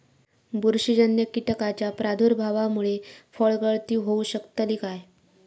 बुरशीजन्य कीटकाच्या प्रादुर्भावामूळे फळगळती होऊ शकतली काय?